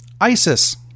isis